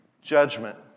judgment